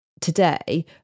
today